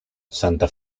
santa